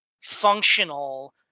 functional